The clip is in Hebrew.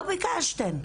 לא ביקשתם.